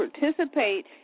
participate